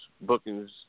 bookings